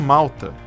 Malta